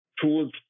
tools